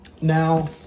now